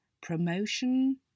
promotion